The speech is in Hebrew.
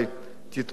תתעוררו.